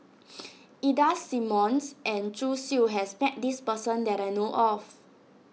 Ida Simmons and Zhu Xu has met this person that I know of